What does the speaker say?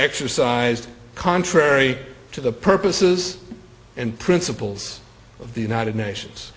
exercised contrary to the purposes and principles of the united nations